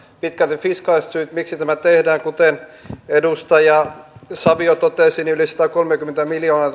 pitkälti fiskaaliset syyt miksi tämä tehdään kuten edustaja savio totesi niin yli satakolmekymmentä miljoonaa